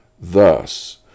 Thus